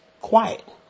quiet